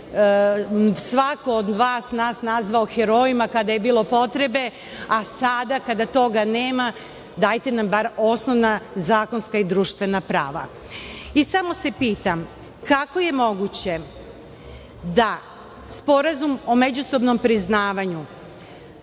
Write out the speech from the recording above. svako od vas nas nazvao herojima kada je bilo potrebe, a sada kada toga nema, dajte nam bar osnovna zakonska i društvena prava. Samo se pitam kako je moguće da Sporazum o međusobnom priznavanju